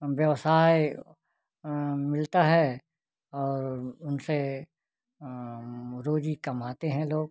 व्यवसाय मिलता है और उनसे रोज़ी कमाते हैं लोग